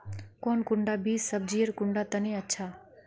कौन कुंडा बीस सब्जिर कुंडा तने अच्छा?